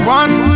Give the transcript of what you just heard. one